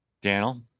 daniel